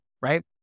right